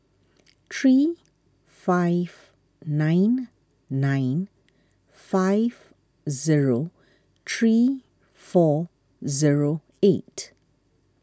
three five nine nine five zero three four zero eight